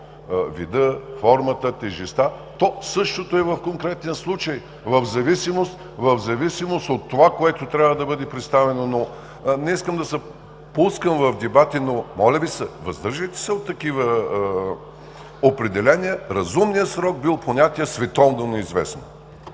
вида, формата, тежестта. Същото е и в конкретния случай – в зависимост от това, което трябва да бъде представено. Не искам да се впускам в дебати, но моля Ви се, въздържайте се от такива определения, че разумният срок бил понятие „световно неизвестно“.